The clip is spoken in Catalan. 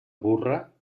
burra